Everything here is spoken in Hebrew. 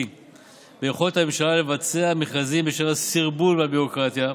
ביכולת של הממשלה לבצע מכרזים בשל הסרבול והביורוקרטיה,